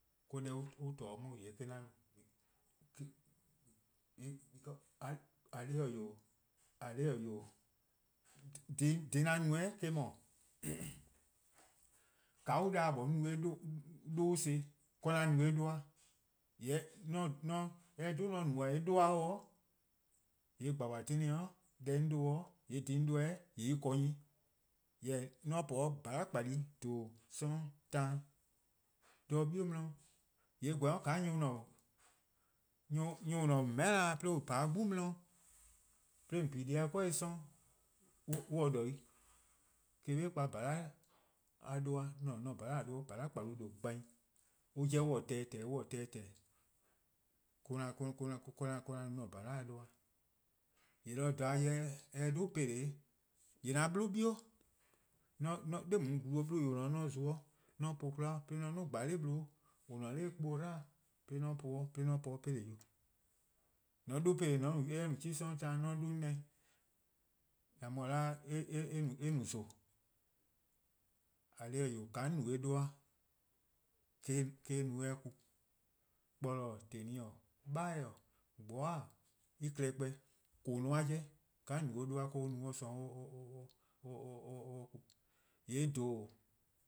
:Yee' dehn on :torne' 'on eh-: 'an no. :eh :korn dhih :eh 'wee', :eh :korn 'dhih-eh 'wee', dhih 'an no-eh eh-: 'dhu, :ka on 'da 'on 'ye eh 'dhu-a no :ka-: 'an no eh 'dhu-a. :yee' :mor eh 'dhu 'on no-a 'o eh 'dhu-a, :yee' klehkpeh, klehkpeh :kpeen deh 'on 'dhu-a :yee' dhih :eh :korn-a dhih 'de 'on 'dhu-eh :yee' eh :korn 'nyne. Jorwor :mor 'on po 'de :bhala'-kpalu:+ :dhoo:, 'sororn', taan, 'de 'bie' 'di, :yee' eh gweh :ka nyor+ :on :ne-a :meheh'na 'de :on pa-a 'de 'gbu :due' 'di 'de :on pi-a dih-a 'corbuh+ 'sororn', on :se-' :dbo i. Eh-: :korn'be 'kpa :bhala'-a 'dhu-a, :mor 'on :taa 'an :bhala-a 'dhu, :bhala' :kpalu+ :due' :gbakli, an 'jeh an :tehn-dih :tehnehnehn: ka 'an nu 'an-a'a: :bhala'-a 'duh-a. :yee' 'do dha-a 'jeh :mor eh 'dhu peleh-' :yee' 'an 'blu 'bie' 'de glu 'bluh :yuh :on :ne-a 'de 'de 'an :za-uh 'de 'an po-uh 'kwla 'de 'an 'duo 'bluh 'sluh :on ne-a 'nor kpuhbuh 'dlu 'de 'an po-uh 'de 'de 'an po 'de peleh-tu; :mor :on 'dhu peleh :mor eh no 'chuh+ 'sororn' taan, :mor 'on 'dhu 'an neh :an mu 'da, eh no zon. :eh :korn dhih :eh 'wee', :ka 'on no-a eh 'dhu-a' ka eh no eh ku. kporlor-: :teli'-: 'beheh-:, :gbobeh'eh-:, en klehkpeh, :koo: 'i-a klehkpeh :ka :on no- or 'dhu-a ka on no :sorn. :yee' :dhoo:,,